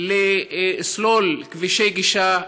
לסלול כבישי גישה.